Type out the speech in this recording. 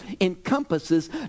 encompasses